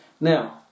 Now